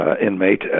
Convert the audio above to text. inmate